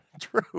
True